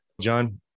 John